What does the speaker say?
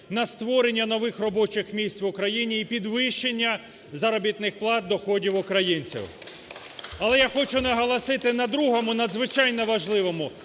на створення нових робочих місць в Україні і підвищення заробітних плат, доходів українців. Але я хочу наголосити на другому, надзвичайно важливому,